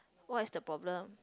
what is the problem